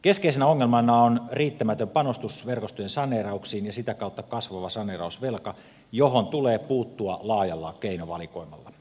keskeisenä ongelmana on riittämätön panostus verkostojen saneerauksiin ja sitä kautta kasvava saneerausvelka johon tulee puuttua laajalla keinovalikoimalla